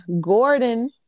Gordon